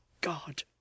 God